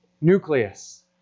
nucleus